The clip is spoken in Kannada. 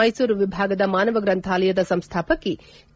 ಮ್ನೆಸೂರು ವಿಭಾಗದ ಮಾನವ ಗ್ರಂಥಾಲಯದ ಸಂಸ್ಥಾಪಕಿ ಕೆ